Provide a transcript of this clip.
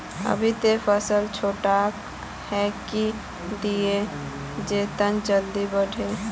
अभी ते फसल छोटका है की दिये जे तने जल्दी बढ़ते?